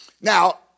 Now